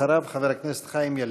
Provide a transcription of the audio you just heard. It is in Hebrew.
אחריו, חבר הכנסת חיים ילין.